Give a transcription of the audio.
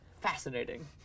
Fascinating